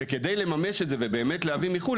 כדי לממש את זה ובאמת להביא מחוץ לארץ,